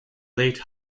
late